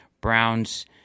browns